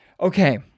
Okay